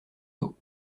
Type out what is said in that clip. d’eau